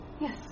yes